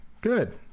good